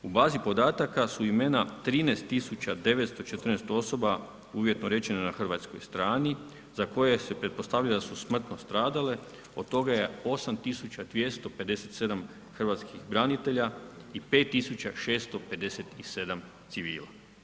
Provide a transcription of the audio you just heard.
U bazi podataka su imena 13 tisuća 914 osoba, uvjetno rečeno na hrvatskoj strani za koje se pretpostavlja da su smrtno stradale, od toga je 8257 hrvatskih branitelja i 5657 civila.